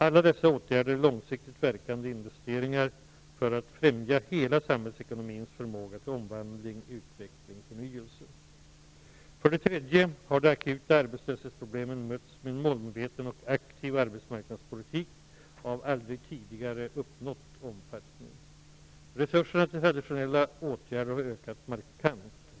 Alla dessa åtgärder är långsiktigt verkande investeringar för att främja hela samhällsekonomins förmåga till omvandling, utveckling och förnyelse. För det tredje har de akuta arbetslöshetsproblemen mötts med en målmedveten och aktiv arbetsmarknadspolitik av aldrig tidigare uppnådd omfattning. Resurserna till traditionella åtgärder har ökat markant.